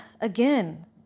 again